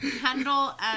Kendall